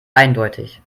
eindeutig